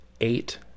eight